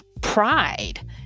pride